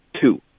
two